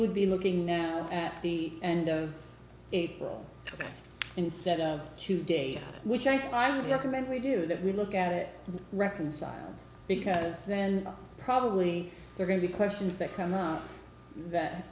would be looking now at the and instead of two days which i think i would recommend we do that we look at it reconcile because then probably they're going to be questions that come up that